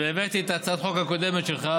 והבאתי את הצעת החוק הקודמת שלך,